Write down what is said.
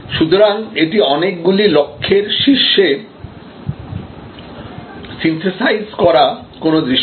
সুতরাং এটি অনেকগুলি লক্ষ্যের শীর্ষে সিন্থেসাইজ করা কোন দৃশ্য